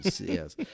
Yes